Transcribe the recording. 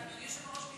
אדוני היושב-ראש,